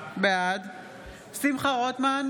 בעד שמחה רוטמן,